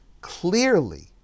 clearly